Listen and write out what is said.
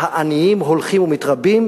שהעניים הולכים ומתרבים,